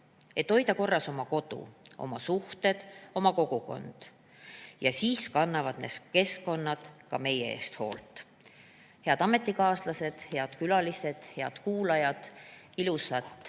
et hoida korras oma kodu, oma suhted, oma kogukond. Ja siis kannavad need keskkonnad ka meie eest hoolt." Head ametikaaslased! Head külalised! Head kuulajad! Ilusat